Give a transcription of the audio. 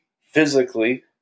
physically